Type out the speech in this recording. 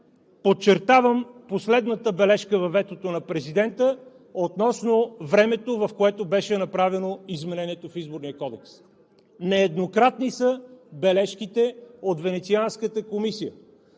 Подчертавам последната бележка във ветото на президента относно времето, в което беше направено изменението в Изборния кодекс. Нееднократни са бележките от Венецианската комисия